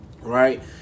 Right